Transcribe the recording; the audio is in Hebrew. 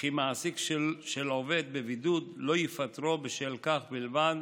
וכי מעסיק של עובד בבידוד לא יפטרו בשל כך בלבד